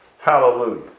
Hallelujah